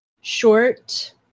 short